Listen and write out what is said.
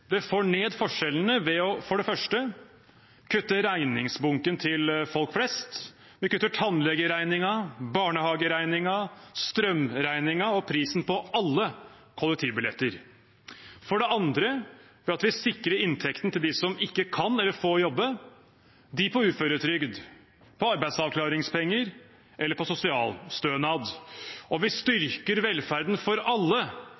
får ned forskjellene ved for det første å kutte regningsbunken til folk flest. Vi kutter tannlegeregningen, barnehageregningen, strømregningen og prisen på alle kollektivbilletter. For det andre sikrer vi inntekten til dem som ikke kan eller får jobbe, de på uføretrygd, arbeidsavklaringspenger eller sosialstønad. Vi styrker velferden for alle